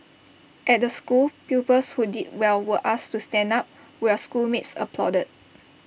at the school pupils who did well were asked to stand up while schoolmates applauded